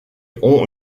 ont